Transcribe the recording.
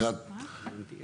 בעת